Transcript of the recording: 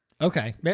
Okay